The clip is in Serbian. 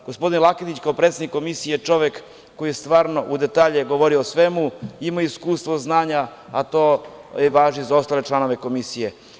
Gospodin Laketić, kao predsednik Komisije, je čovek koji stvarno u detalje govori o svemu, ima iskustva, znanja, a to važi i za ostale komisije.